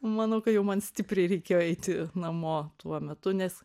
manau kd jau man stipriai reikėjo eiti namo tuo metu nes